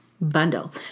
bundle